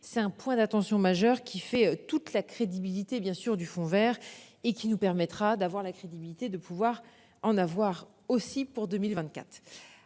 C'est un point d'attention majeure qui fait toute la crédibilité bien sûr du Fonds Vert et qui nous permettra d'avoir la crédibilité de pouvoir en avoir aussi pour 2024.